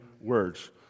words